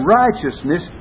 righteousness